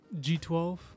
G12